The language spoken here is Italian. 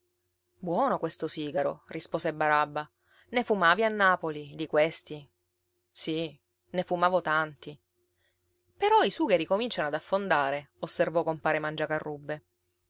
buono questo sigaro rispose barabba ne fumavi a napoli di questi sì ne fumavo tanti però i sugheri cominciano ad affondare osservò compare mangiacarrubbe